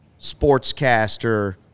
sportscaster